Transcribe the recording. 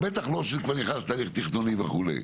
בטח כשכבר נכנסת לתכנונים וכולה.